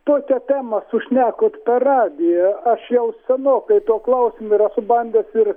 tokia tema sušnekot per radiją aš jau senokai tuo klausimu ir esu bandęs ir